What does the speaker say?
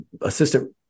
assistant